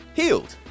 healed